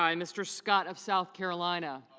um mr. scott of south carolina